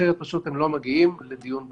אחרת, הם לא מגיעים לדיון בממשלה.